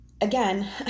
again